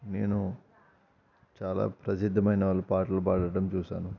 నేను చాలా ప్రసిద్ధమైన వాళ్ళ పాటలు పడటం చూశాను